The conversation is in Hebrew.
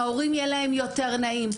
להורים יהיה יותר נעים.